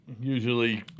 Usually